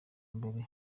mbere